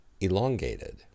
elongated